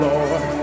Lord